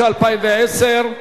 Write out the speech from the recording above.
התשע"א 2010,